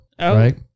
right